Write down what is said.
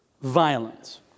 violence